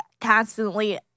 constantly